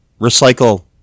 recycle